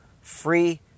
Free